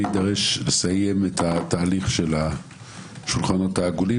יידרש לסיים את התהליך של השולחנות העגולים